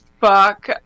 fuck